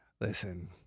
listen